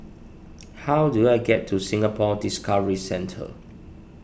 how do I get to Singapore Discovery Centre